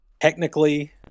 Technically